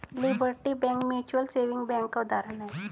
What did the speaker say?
liberty Bank mutual saving bank का उदाहरण है